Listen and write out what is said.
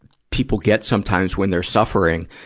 people get sometimes when they're suffering,